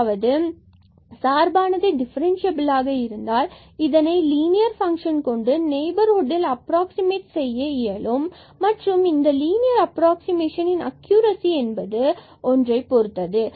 அதாவது சார்பானது டிஃபரன்ஸ்சியபிலாக இருந்தால் இதனை லீனியர் பங்க்ஷன் கொண்டு நெய்பர்ஹுட்டில் அப்ராக்ஸிமட் செய்ய இயலும் மற்றும் இதன் லீனியர் அப்ராக்ஸிமேஷன் இன் அக்குயுரசி என்பது ஒன்றை பொருத்தது